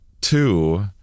two